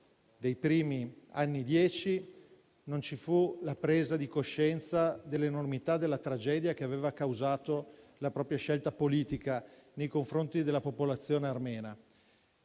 dei primi anni Dieci, non ci fu la presa di coscienza dell'enormità della tragedia che aveva causato la propria scelta politica nei confronti della popolazione armena.